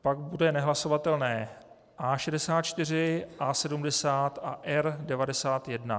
Pak bude nehlasovatelné A64, A70 a R91.